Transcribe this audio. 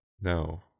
no